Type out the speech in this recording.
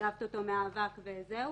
ניגבת אותו מהאבק וזהו,